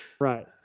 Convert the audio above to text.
right